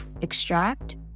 extract